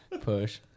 push